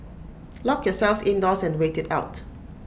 lock yourselves indoors and wait IT out